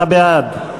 אני בעד.